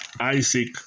Isaac